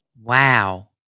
Wow